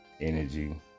energy